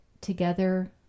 together